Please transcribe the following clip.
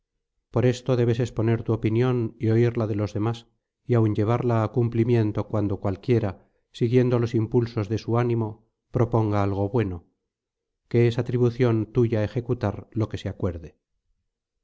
por esto debes exponer tu opinión y oir la de los demás y aún llevarla á cumplimiento cuando cualquiera siguiendo los impulsos de su ánimo proponga algo bueno que es atribución tuya ejecutar lo que se acuerde